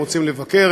הם רוצים לבקר,